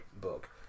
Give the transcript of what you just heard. book